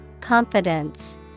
Confidence